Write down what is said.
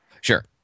Sure